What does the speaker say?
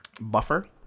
Buffer